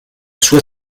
sua